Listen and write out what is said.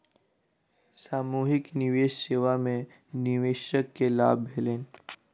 सामूहिक निवेश सेवा में निवेशक के लाभ भेलैन